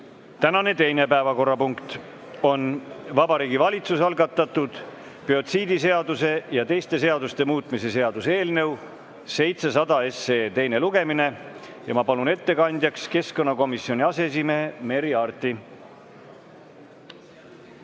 Tänane teine päevakorrapunkt on Vabariigi Valitsuse algatatud biotsiidiseaduse ja teiste seaduste muutmise seaduse eelnõu 700 teine lugemine. Ma palun ettekandjaks keskkonnakomisjoni aseesimehe Merry Aarti!